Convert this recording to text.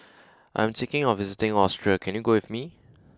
I am thinking of visiting Austria can you go with me